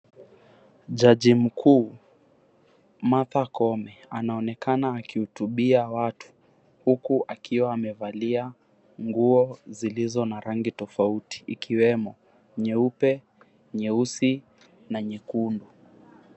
Jaji mkuu ,Martha Koome, anaonekana akihutubia watu huku akiwa amevalia nguo zilizo na rangi tofauti ikiwemo nyeupe, nyeusi na nyekundu.